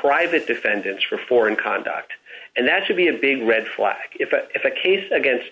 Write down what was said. private defendants for foreign conduct and that should be a big red flag if it is a case against